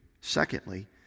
Secondly